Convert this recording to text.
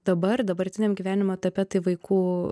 dabar dabartiniam gyvenimo etape tai vaikų